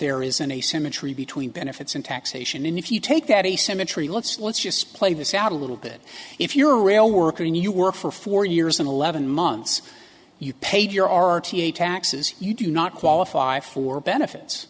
there is an asymmetry between benefits and taxation and if you take that asymmetry let's let's just play this out a little bit if you're a real worker and you were for four years and eleven months you paid your r t a taxes you do not qualify for benefits